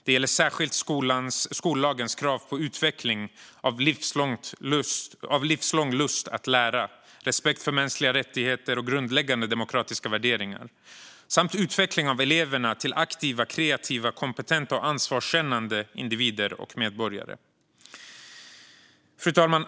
Det gäller särskilt skollagens krav på utveckling av livslång lust att lära, respekt för mänskliga rättigheter och grundläggande demokratiska värderingar samt utveckling av eleverna till aktiva, kreativa, kompetenta och ansvarskännande individer och medborgare. Fru talman!